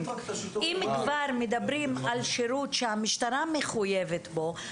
אם כבר מדברים על שירות שהמשטרה מחויבת בו,